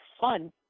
fun